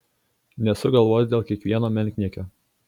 nesuk galvos dėl kiekvieno menkniekio